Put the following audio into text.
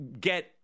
get